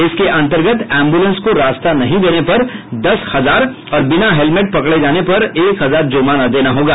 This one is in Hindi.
इसके अंतर्गत एम्बुलेंस को रास्ता नहीं देने पर दस हजार और बिना हेलमेट पकड़े जाने पर एक हजार जुर्माना देना होगा